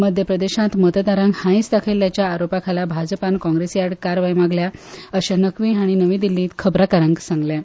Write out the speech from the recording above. मध्य प्रदेशांत मतदारांक हांयस दाखयिल्ल्याच्या आरोपा खाला भाजपान काँग्रेसी आड कारवाय मागल्या अशें नकवी हांणी नवी दिल्लींत खबराकारांक सांगलें